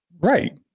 Right